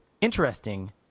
interesting